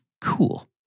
cool